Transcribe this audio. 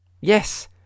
yes